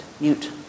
mute